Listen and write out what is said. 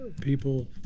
people